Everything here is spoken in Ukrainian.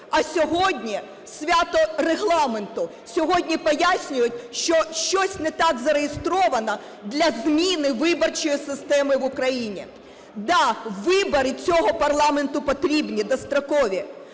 А сьогодні – свято Регламенту, сьогодні пояснюють, що щось не так зареєстровано для зміни виборчої системи в Україні. Да, вибори цього парламенту потрібні дострокові,